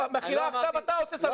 אתה עכשיו עושה סלט ירקות.